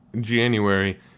January